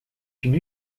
une